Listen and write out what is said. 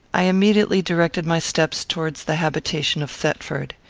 i immediately directed my steps towards the habitation of thetford.